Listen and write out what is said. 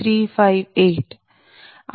358